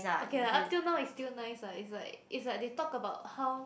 okay lah up till now is still nice lah is like is like they talk about how